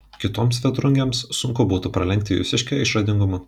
kitoms vėtrungėms sunku būtų pralenkti jūsiškę išradingumu